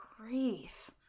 grief